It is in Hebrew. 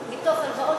מההלוואות